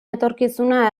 etorkizuna